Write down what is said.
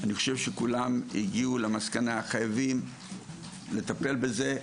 אני חושב שכולם הגיעו למסקנה שחייבים לטפל בזה,